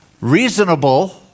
reasonable